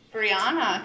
Brianna